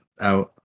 out